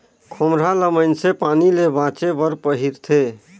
खोम्हरा ल मइनसे पानी ले बाचे बर पहिरथे